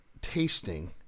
tasting